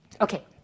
Okay